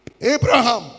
Abraham